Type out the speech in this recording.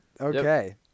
okay